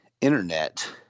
Internet